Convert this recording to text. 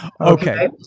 Okay